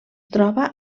troba